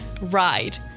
ride